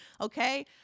okay